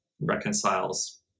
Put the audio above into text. reconciles